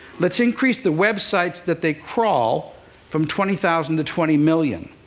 let's increase the websites that they crawl from twenty thousand to twenty million.